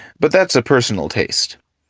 but that's a personal taste.